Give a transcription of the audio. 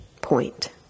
point